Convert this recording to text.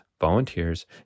volunteers